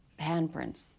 Handprints